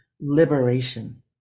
Liberation